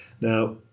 Now